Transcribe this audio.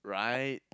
right